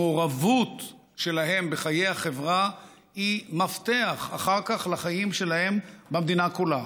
המעורבות שלהם בחיי החברה הן מפתח לחיים שלהם אחר כך במדינה כולה.